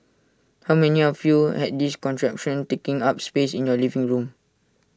how many of you had this contraption taking up space in your living room